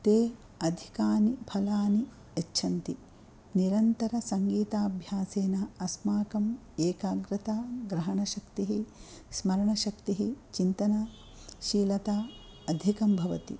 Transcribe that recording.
ते अधिकानि फलानि यच्छन्ति निरन्तरसङ्गीताभ्यासेन अस्माकम् एकाग्रता ग्रहणशक्तिः स्मरणशक्तिः चिन्तनशीलता अधिकं भवति